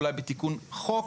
אולי בתיקון חוק,